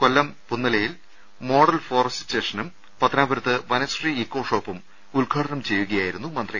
കൊല്ലം പുന്നലയിൽ model forest സ്റ്റേഷനും പത്തനാപുരത്ത് വനശ്രീ ഇക്കോ ഷോപ്പും ഉദ്ഘാടനം ചെയ്യുകയായിരുന്നു മന്ത്രി